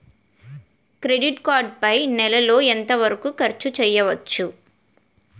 Credit card పై నెల లో ఎంత వరకూ ఖర్చు చేయవచ్చు?